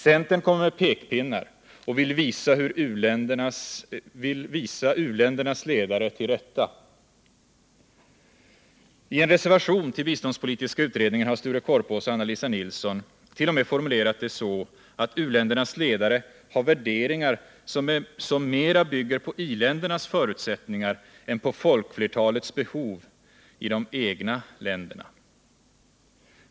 Centern kommer med pekpinnar och vill visa u-ländernas ledare till rätta. I en reservation till biståndspolitiska utredningen har Sture Korpås och Anna-Lisa Nilsson t.o.m. formulerat det så, att u-ländernas ledare har värderingar som mera bygger på i-ländernas förutsättningar än på folkflertalets behov i de egna länderna.